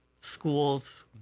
schools